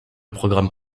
programme